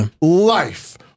life